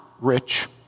rich